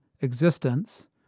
existence